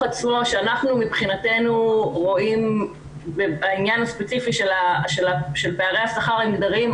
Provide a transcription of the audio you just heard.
עצמו שאנחנו מבחינתנו רואים בעניין הספציפי של פערי השכר המגדריים,